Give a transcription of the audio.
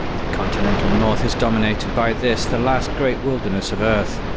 the continental north is dominated by this, the last great wilderness of earth.